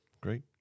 great